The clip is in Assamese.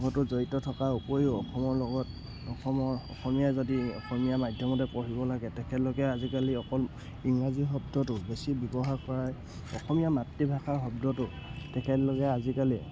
বহুতো জড়িত থকাৰ উপৰিও অসমৰ লগত অসমৰ অসমীয়া জাতিৰ অসমীয়া মাধ্যমতে পঢ়িব লাগে তেখেতলোকে আজিকালি অকল ইংৰাজী শব্দটো বেছি ব্যৱহাৰ কৰাই অসমীয়া মাতৃভাষাৰ শব্দটো তেখেতলোকে আজিকালি